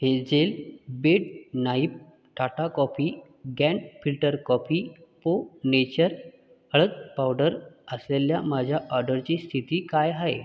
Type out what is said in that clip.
hazel bead नाईप Tata coffee grand filter coffee पो nature हळद पावडर असलेल्या माझ्या ऑडरची स्थिती काय आहे